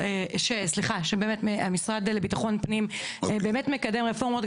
היא שבאמת המשרד לביטחון פנים באמת מקדם רפורמות.